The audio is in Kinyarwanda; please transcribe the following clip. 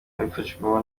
abifashijwemo